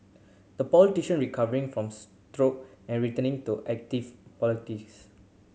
the politician recovering from stroke and returning to active politics